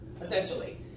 essentially